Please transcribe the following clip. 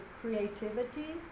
creativity